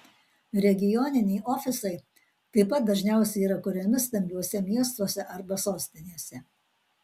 regioniniai ofisai taip pat dažniausiai yra kuriami stambiuose miestuose arba sostinėse